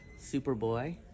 Superboy